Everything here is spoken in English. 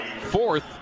fourth